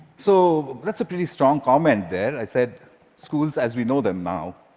so that's a pretty strong comment there. i said schools as we know them now,